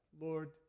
Lord